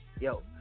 Yo